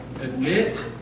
Admit